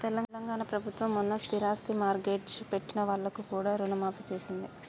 తెలంగాణ ప్రభుత్వం మొన్న స్థిరాస్తి మార్ట్గేజ్ పెట్టిన వాళ్లకు కూడా రుణమాఫీ చేసింది